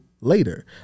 later